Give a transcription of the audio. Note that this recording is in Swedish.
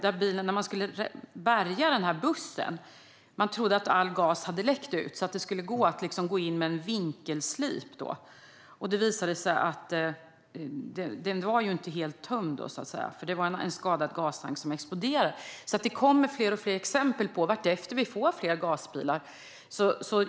När man sedan skulle bärga bussen trodde man att all gas hade läckt ut och att det skulle gå att gå in med en vinkelslip. Men det visade sig att den inte var helt tömd, och en skadad gastank exploderade. Det kommer alltså allt fler exempel på sådant här allteftersom vi får fler gasbilar.